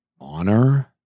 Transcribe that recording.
honor